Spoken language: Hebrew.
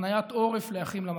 והפניית עורף לאחים למחנה.